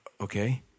okay